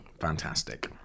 Fantastic